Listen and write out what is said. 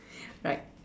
like